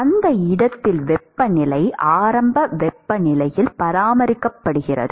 அந்த இடத்தில் வெப்பநிலை ஆரம்ப வெப்பநிலையில் பராமரிக்கப்படுகிறது